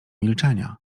milczenia